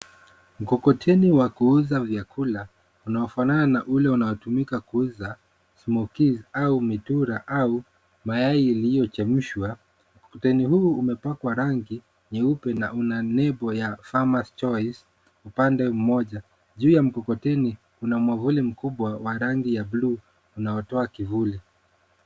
Mkokoteni wa kuuza vyakula, unaofanana na ule unaotumika kuuza smokies , au mitura, au mayai iliyochemshwa. Mkokoteni huu umepakwa rangi nyeupe na una nebo ya Farmers Choice, upande mmoja. Juu ya mkokoteni kuna mwavuli mkubwa wa rangi ya blue , unaotoa kivuli.